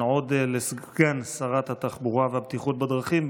עודה לסגן שרת התחבורה והבטיחות בדרכים,